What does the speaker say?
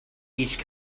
each